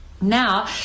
Now